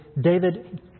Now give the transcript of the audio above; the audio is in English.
David